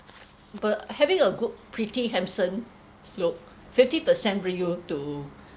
but having a good pretty handsome look fifty percent brings you to